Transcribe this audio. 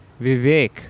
Vivek